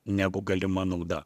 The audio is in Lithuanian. negu galima nauda